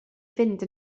fynd